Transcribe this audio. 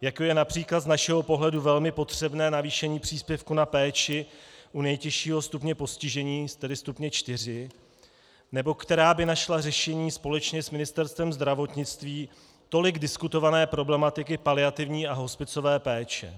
jako je například z našeho pohledu velmi potřebné navýšení příspěvku na péči u nejtěžšího stupně postižení, tedy stupně 4, nebo která by našla řešení společně s Ministerstvem zdravotnictví tolik diskutované problematiky paliativní a hospicové péče.